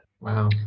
Wow